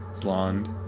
blonde